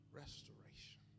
restoration